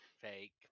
fake